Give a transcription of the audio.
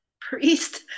priest